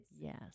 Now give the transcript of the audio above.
Yes